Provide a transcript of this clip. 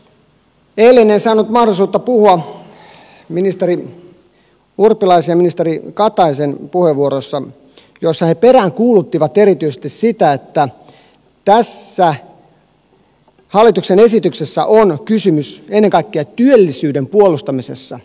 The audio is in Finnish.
eilen en saanut mahdollisuutta puhua ministeri urpilaisen ja ministeri kataisen puheenvuoroista joissa he peräänkuuluttivat erityisesti sitä että tässä hallituksen esityksessä on kysymys ennen kaikkea työllisyyden puolustamisesta